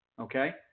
Okay